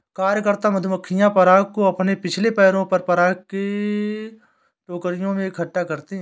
कार्यकर्ता मधुमक्खियां पराग को अपने पिछले पैरों पर पराग की टोकरियों में इकट्ठा करती हैं